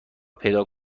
پیدا